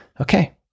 Okay